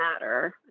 matter